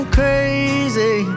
crazy